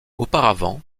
auparavant